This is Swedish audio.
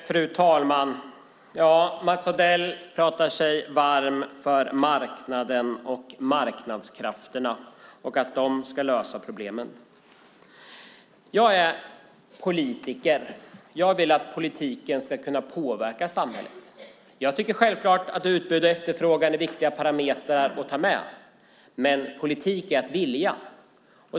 Fru talman! Mats Odell pratar sig varm för marknaden och marknadskrafterna och menar att de ska lösa problemen. Jag är politiker. Jag vill att politiken ska kunna påverka samhället. Jag tycker självklart att utbud och efterfrågan är viktiga parametrar. Men politik är att vilja.